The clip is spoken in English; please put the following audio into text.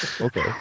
Okay